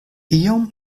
iom